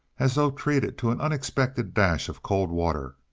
as though treated to an unexpected dash of cold water,